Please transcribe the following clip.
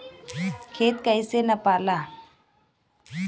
खेत कैसे नपाला?